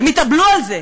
הם התאבלו על זה.